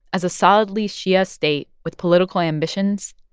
as a solidly shia state with political ambitions,